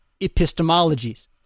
epistemologies